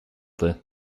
there